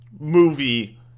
movie